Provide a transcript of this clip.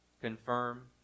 confirm